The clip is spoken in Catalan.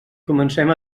comencem